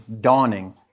dawning